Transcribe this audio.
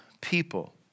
people